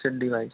सीढ़ी वाइज़